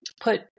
put